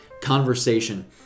conversation